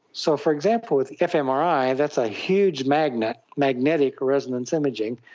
so, for example, with fmri, that's a huge magnet, magnetic resonance imaging,